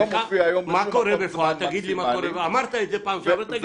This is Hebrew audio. לא מופיע היום בשום מקום זמן מקסימלי.